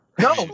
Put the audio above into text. No